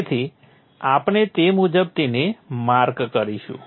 તેથી આપણે તે મુજબ તેમને માર્ક કરીશું